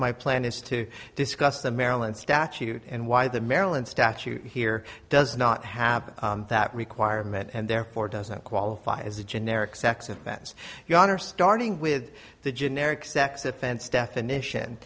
my plan is to discuss the maryland statute and why the maryland statute here does not have that requirement and therefore doesn't qualify as a generic sex offense your honor starting with the generic sex offense definition